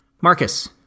Marcus